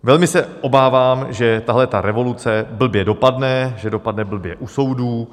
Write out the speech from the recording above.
Velmi se obávám, že tahleta revoluce blbě dopadne, že dopadne blbě u soudů.